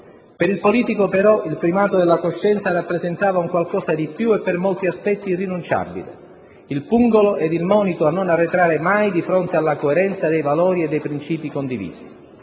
Per il politico, però, il primato della coscienza rappresentava un qualcosa di più e per molti aspetti irrinunciabile: il pungolo ed il monito a non arretrare mai di fronte alla coerenza dei valori e dei principi condivisi.